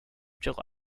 july